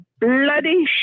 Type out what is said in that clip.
bloody